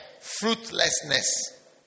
fruitlessness